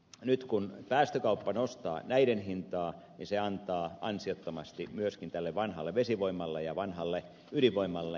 nyt kun päästökauppa nostaa näiden hintaa niin se antaa ansiottomasti hyötyä myöskin tälle vanhalle vesivoimalle ja vanhalle ydinvoimalle